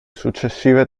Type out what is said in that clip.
successive